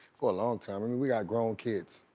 for a long time. i mean, we got grown kids.